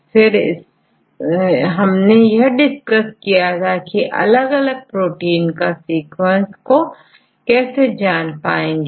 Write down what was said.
फिर हमने यह डिस्कस किया की हम अलग अलग प्रोटीन की सीक्वेंस को कैसे जान पाएंगे